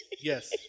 Yes